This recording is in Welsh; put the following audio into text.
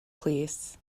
plîs